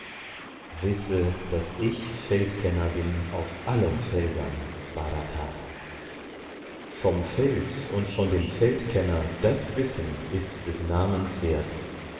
wisse daß ich feldkenner bin auf allen feldern bhrata vom feld und von dem feldkenner das wissen ist des namens wert